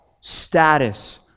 status